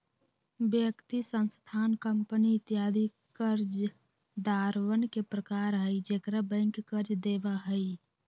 व्यक्ति, संस्थान, कंपनी इत्यादि कर्जदारवन के प्रकार हई जेकरा बैंक कर्ज देवा हई